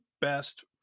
best